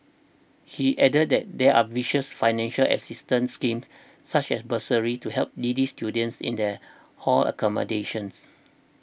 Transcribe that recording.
he added that there are vicious financial assistance schemes such as bursaries to help needy students in their hall accommodations